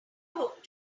hook